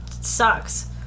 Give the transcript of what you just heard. sucks